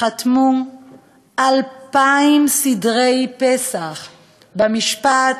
חתמו אלפיים סדרי פסח במשפט: